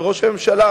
וראש הממשלה,